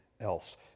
else